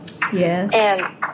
Yes